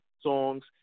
songs